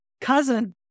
Cousin